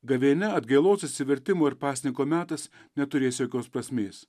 gavėnia atgailos atsivertimo ir pasninko metas neturės jokios prasmės